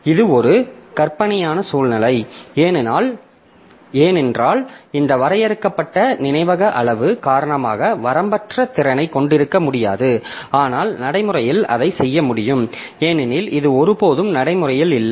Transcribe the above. இது ஒரு கற்பனையான சூழ்நிலை ஏனென்றால் இந்த வரையறுக்கப்பட்ட நினைவக அளவு காரணமாக வரம்பற்ற திறனைக் கொண்டிருக்க முடியாது ஆனால் நடைமுறையில் அதைச் செய்ய முடியும் ஏனெனில் இது ஒருபோதும் நடைமுறையில் இல்லை